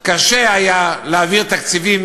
קשה היה להעביר תקציבים,